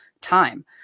time